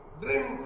drink